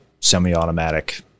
semi-automatic